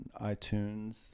iTunes